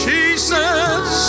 Jesus